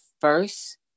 first